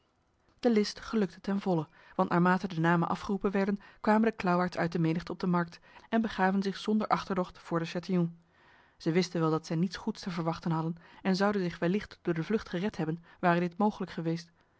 de list gelukte ten volle want naarmate de namen afgeroepen werden kwamen de klauwaards uit de menigte op de markt en begaven zich zonder achterdocht voor de chatillon zij wisten wel dat zij niets goeds te verwachten hadden en zouden zich wellicht door de vlucht gered hebben ware dit mogelijk geweest